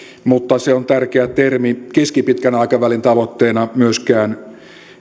mutta se on tärkeä termi keskipitkän aikavälin tavoitteita myöskään